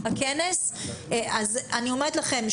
אני אומרת לכם,